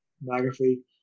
biography